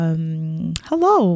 hello